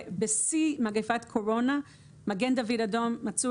בשיא מגפת הקורונה מגן דוד אדום מצאו